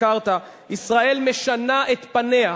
את פניה,